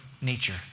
nature